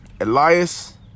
Elias